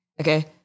okay